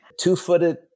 Two-footed